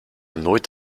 nooit